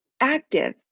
active